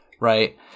right